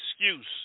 excuse